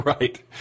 Right